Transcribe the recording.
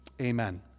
Amen